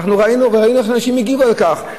וראינו איך אנשים הגיבו על כך.